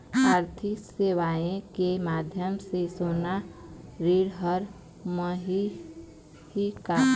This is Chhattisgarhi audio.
आरथिक सेवाएँ के माध्यम से सोना ऋण हर मिलही का?